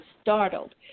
startled